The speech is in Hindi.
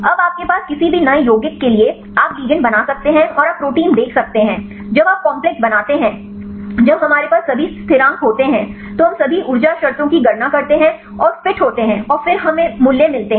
अब आपके पास किसी भी नए यौगिक के लिए आप लिगैंड बना सकते हैं और आप प्रोटीन देख सकते हैं जब आप कॉम्प्लेक्स बनाते हैं जब हमारे पास सभी स्थिरांक होते हैं तो हम सभी ऊर्जा शर्तों की गणना करते हैं और फिट होते हैं और फिर हमें मूल्य मिलते हैं